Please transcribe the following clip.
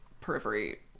periphery